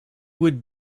would